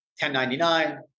1099